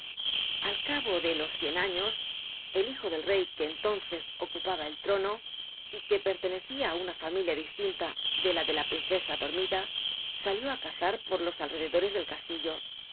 al cabo de los cien aiios el hijo del rol que cnlónl cs ocupaba el trono y que pertenecia á una familia distinta de la de la princesa dormid l salió it cazar por los al rededores del ca